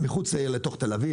מחוץ לעיר, לתוך תל אביב.